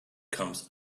comes